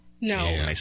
No